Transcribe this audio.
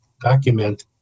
document